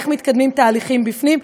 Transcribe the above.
איך מתקדמים תהליכים בפנים.